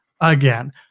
again